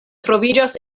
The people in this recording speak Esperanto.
troviĝas